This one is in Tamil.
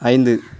ஐந்து